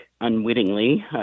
unwittingly